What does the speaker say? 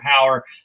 power